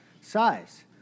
size